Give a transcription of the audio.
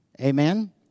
Amen